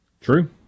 True